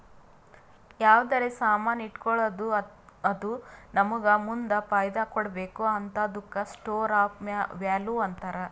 ಯಾವ್ದರೆ ಸಾಮಾನ್ ಇಟ್ಗೋಳದ್ದು ಅದು ನಮ್ಮೂಗ ಮುಂದ್ ಫೈದಾ ಕೊಡ್ಬೇಕ್ ಹಂತಾದುಕ್ಕ ಸ್ಟೋರ್ ಆಫ್ ವ್ಯಾಲೂ ಅಂತಾರ್